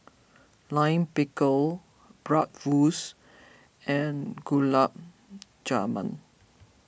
Lime Pickle Bratwurst and Gulab Jamun